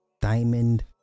diamond